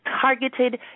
targeted